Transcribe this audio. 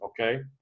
okay